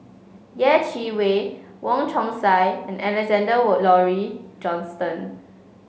Yeh Chi Wei Wong Chong Sai and Alexander Laurie Johnston